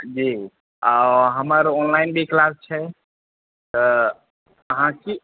जी हमर ऑनलाइन भी क्लास छै तऽ अहाँ की